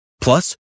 Plus